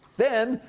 then,